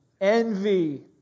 Envy